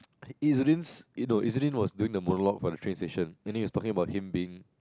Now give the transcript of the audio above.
you know was doing a monologue for the train station and then he was talking about him being